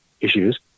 issues